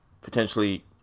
potentially